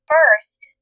First